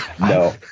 No